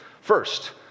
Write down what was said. First